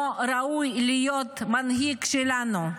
לא ראוי להיות מנהיג שלנו.